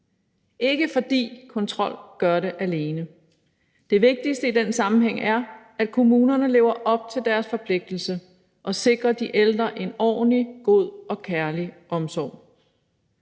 ikke, fordi kontrol gør det alene. Det vigtigste i den sammenhæng er, at kommunerne lever op til deres forpligtelse og sikrer de ældre en ordentlig, god og kærlig omsorg.